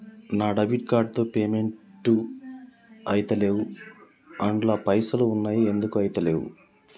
నా debit card తో payment ఐతలేవ్ అండ్ల పైసల్ ఉన్నయి ఎందుకు ఐతలేవ్?